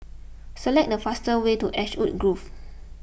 select the fastest way to Ashwood Grove